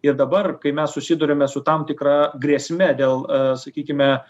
ir dabar kai mes susiduriame su tam tikra grėsme dėl sakykime